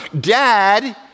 Dad